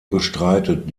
bestreitet